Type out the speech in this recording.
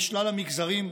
משלל המגזרים,